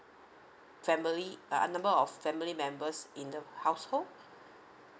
family err number of family members in the household